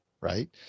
right